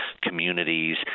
communities